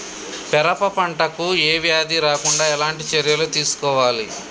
పెరప పంట కు ఏ వ్యాధి రాకుండా ఎలాంటి చర్యలు తీసుకోవాలి?